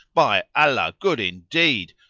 by allah, good indeed!